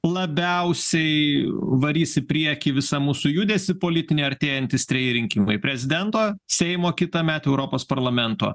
labiausiai varys į priekį visą mūsų judesį politinį artėjantys treji rinkimai prezidento seimo kitąmet europos parlamento